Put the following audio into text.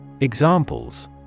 Examples